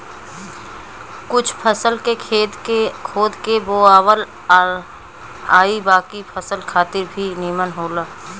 कुछ फसल के खेत के खोद के बोआला आ इ बाकी फसल खातिर भी निमन होला